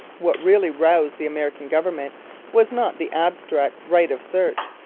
what really roused the american government was not the abstract right of search,